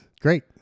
Great